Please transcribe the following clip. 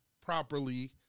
properly